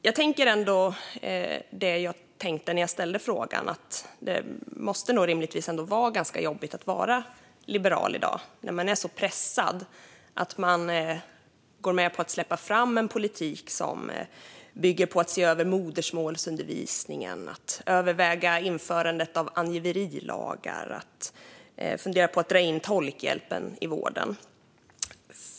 Jag tänker ändå att det nog måste vara ganska jobbigt att vara liberal i dag när man är så pressad att man går med på att släppa fram en politik som bygger på att se över modersmålsundervisningen, att överväga införandet av angiverilagar och att fundera på att dra in tolkhjälpen i vården.